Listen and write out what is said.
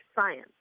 science